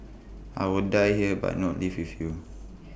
I will die here but not leave with you